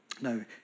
No